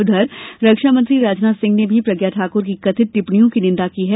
उधर रक्षामंत्री राजनाथ सिंह ने भी प्रज्ञा ठाक्र की कथित टिप्पणियों की निन्दा की है